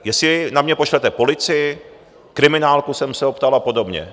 Jestli na mě pošlete policii, kriminálku, jsem se ho ptal, a podobně.